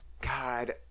God